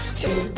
two